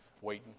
waiting